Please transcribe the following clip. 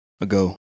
ago